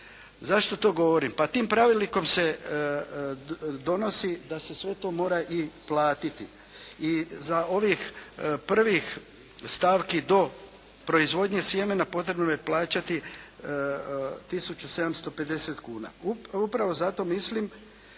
Zašto to govorim? Pa tim pravilnikom se donosi da se sve to mora i platiti. I za ovih prvih stavki do proizvodnje sjemena potrebno je plaćati tisuću 750 kuna. Upravo zato mislim